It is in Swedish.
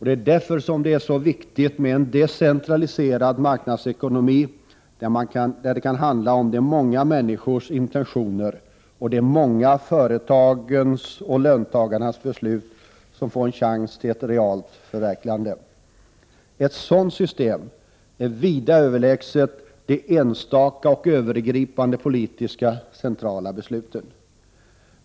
Det är därför det är så viktigt med en decentraliserad marknadsekonomi där det kan handla om att de många människornas intentioner och de många företagens och löntagarnas beslut får en chans att bli förverkligade. Ett sådant system är vida överlägset de enstaka och övergripande politiska centrala besluten.